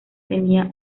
tenía